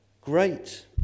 great